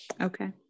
Okay